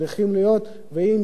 ואם יש צורך ואם יש רצון,